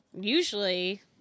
Usually